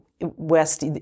West